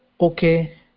okay